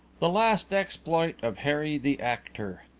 the last exploit of harry the actor